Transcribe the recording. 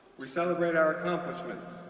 we celebrate our accomplishments,